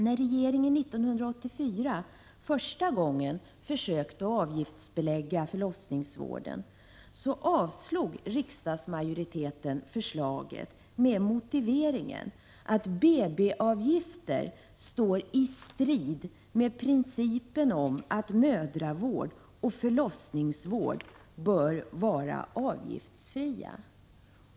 När regeringen 1984 första gången försökte att avgiftsbelägga förlossningsvården, avslog riksdagsmajoriteten förslaget med motiveringen att BB-avgifter står i strid med principen om att mödravården och förlossningsvården bör vara avgiftsfria.